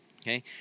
Okay